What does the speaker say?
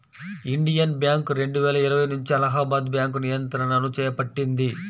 Indian Bank రెండువేల ఇరవై నుంచి అలహాబాద్ బ్యాంకు నియంత్రణను చేపట్టింది